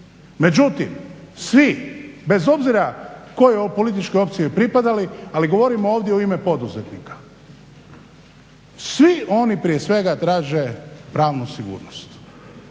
Međutim svi, bez obzira kojoj političkoj opciji pripadali, ali govorim ovdje u ime poduzetnika, svi oni prije svega traže pravnu sigurnost